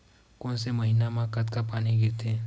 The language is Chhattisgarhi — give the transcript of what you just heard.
कोन से महीना म कतका पानी गिरथे?